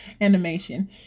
Animation